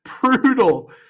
brutal